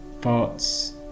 thoughts